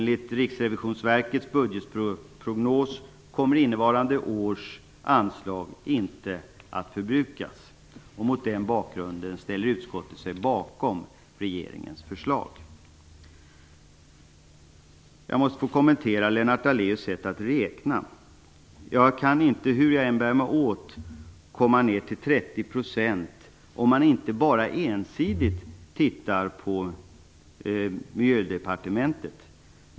Enligt Riksrevisionsverkets budgetprognos kommer innevarande års anslag inte att förbrukas, och mot den bakgrunden ställer utskottet sig bakom regeringens förslag. Jag måste få kommentera Lennart Daléus sätt att räkna. Jag kan inte, hur jag än bär mig åt, komma till 30 %, om jag inte bara ensidigt tittar på Miljödepartementet.